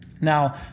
Now